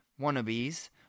wannabes